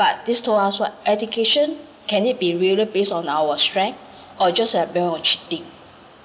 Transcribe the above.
but this told us what education can it be really based on our strength or just based on cheating